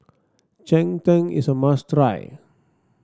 Cheng Tng is a must try